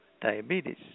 diabetes